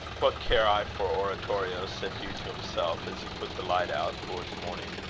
what care i for oratorios? said hugh to himself, as he put the light out, towards morning.